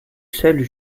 seul